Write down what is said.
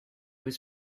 was